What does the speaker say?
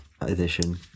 edition